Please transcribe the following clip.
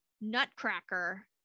Nutcracker